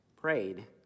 prayed